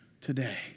today